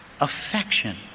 affection